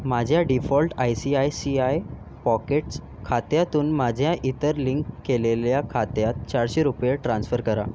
माझ्या default I C I C I pockets खात्यातून माझ्या इतर लिंक केलेल्या खात्यात चारशे रुपये ट्रान्स्फर करा